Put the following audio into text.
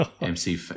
MC